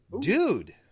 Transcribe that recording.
Dude